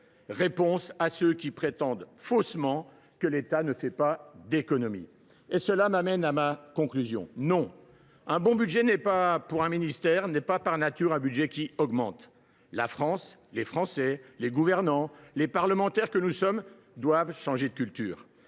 réponse à ceux qui prétendent faussement que l’État n’est pas au rendez vous. Cela m’amène à ma conclusion : non, un bon budget pour un ministère n’est pas par nature un budget qui augmente ! La France, les Français, les gouvernants et les parlementaires que nous sommes doivent changer de culture.